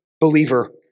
believer